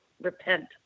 Repent